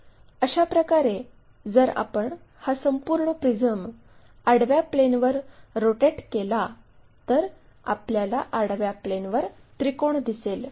अशाप्रकारे जर आपण हा संपूर्ण प्रिझम आडव्या प्लेनवर रोटेट केला तर आपल्याला आडव्या प्लेनवर त्रिकोण दिसेल